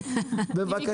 כל,